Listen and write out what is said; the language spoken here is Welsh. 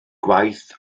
gwaith